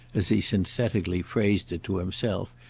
as he synthetically phrased it to himself,